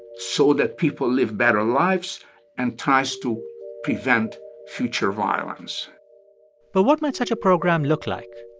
so that people live better lives and tries to prevent future violence but what might such a program look like?